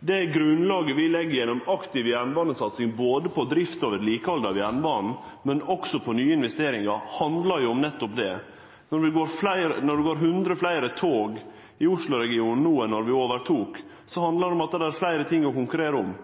Det grunnlaget vi legg gjennom aktiv satsing på både drift og vedlikehald av jernbana og også ved nye investeringar, handlar om nettopp det. Når det går hundre fleire tog i Oslo-regionen no enn då vi overtok, handlar det om at det er fleire ting å konkurrere om.